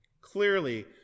Clearly